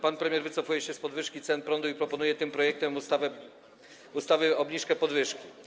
Pan premier wycofuje się z podwyżki cen prądu i proponuje w tym projekcie ustawy obniżkę podwyżki.